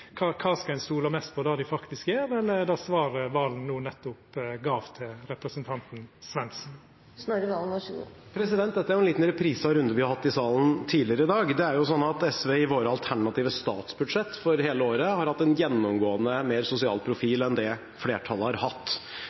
Kva skal ein stola mest på – det dei faktisk gjer, eller det svaret Serigstad Valen no nettopp gav til representanten Svendsen? Dette er en liten reprise av en runde vi har hatt i salen tidligere i dag. Det er slik at SV, i våre alternative statsbudsjett for hele året, har hatt en gjennomgående mer sosial profil enn det flertallet har hatt.